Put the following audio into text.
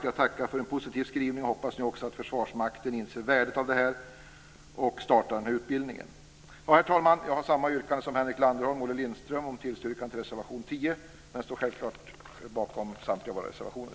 Jag tackar för en positiv skrivning och hoppas att Försvarsmakten inser värdet av detta och startar utbildningen. Herr talman! Jag har samma yrkande som Henrik Landerholm och Olle Lindström om tillstyrkande av reservation 10 men står självfallet bakom samtliga våra reservationer.